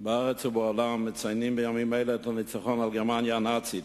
בארץ ובעולם מציינים בימים אלה את הניצחון על גרמניה הנאצית